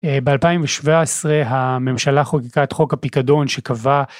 ב-2017 הממשלה חוקקה את חוק הפיקדון שקבע